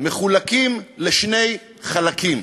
מחולקים לשני חלקים: